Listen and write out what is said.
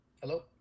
Hello